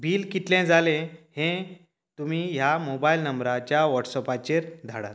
bill कितलें जालें हें तुमी ह्या मोबायल नंबराच्या व्हाॅट्सपाचेर धाडात